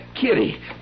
kitty